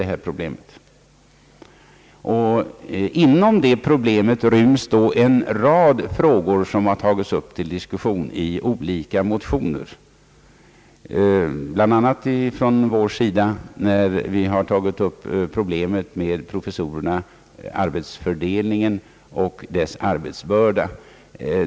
Inom problemkomplexet ryms en rad frågor, som tagits upp till diskussion i olika motioner, bl.a. från vår sida när vi tagit upp problemet med professorernas arbetsfördelning och arbetsbörda.